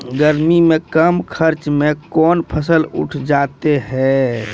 गर्मी मे कम खर्च मे कौन फसल उठ जाते हैं?